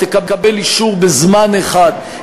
היא תקבל אישור בזמן אחד,